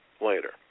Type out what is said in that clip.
later